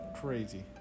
Crazy